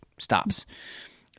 stops